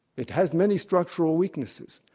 it has many structural weaknesses.